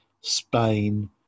Spain